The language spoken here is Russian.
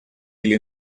или